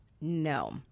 No